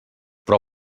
però